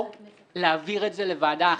או להעביר את זה לוועדה אחרת.